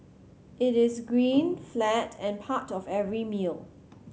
it is green flat and part of every meal